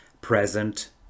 present